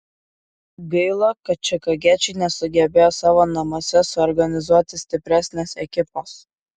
gaila kad čikagiečiai nesugebėjo savo namuose suorganizuoti stipresnės ekipos